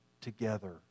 together